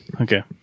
Okay